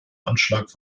anschlag